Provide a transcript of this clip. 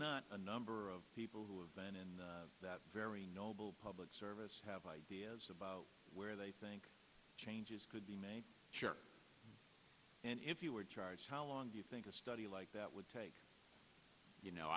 not a number of people who have been in that very noble public service have ideas about where they think changes could be made sure and if you are charged how long do you think a study like that would take you